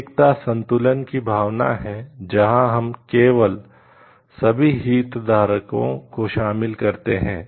नैतिकता संतुलन की भावना है जहां हम केवल सभी हितधारकों को शामिल करते हैं